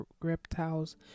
reptiles